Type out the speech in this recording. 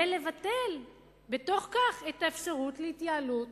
ולבטל בתוך כך את האפשרות להתייעלות